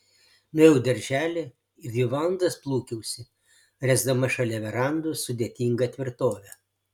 nuėjau į darželį ir dvi valandas plūkiausi ręsdama šalia verandos sudėtingą tvirtovę